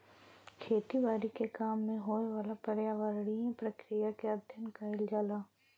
खेती बारी के काम में होए वाला पर्यावरणीय प्रक्रिया के अध्ययन कइल जाला